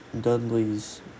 Dudley's